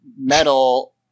metal